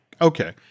Okay